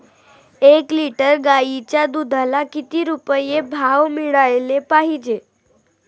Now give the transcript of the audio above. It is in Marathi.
एक लिटर गाईच्या दुधाला किती रुपये भाव मिळायले पाहिजे?